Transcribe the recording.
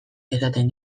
esaten